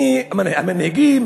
מי המנהיגים,